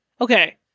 Okay